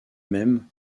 mêmes